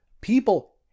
people